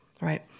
Right